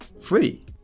free